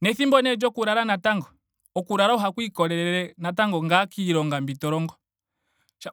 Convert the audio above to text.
Nethimbo nee lyoku lala natango. Okulala ohaku ikolelele neekiilonga mbi to longo.